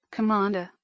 Commander